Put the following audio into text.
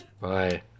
bye